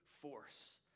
force